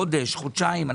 חודש, חודשיים.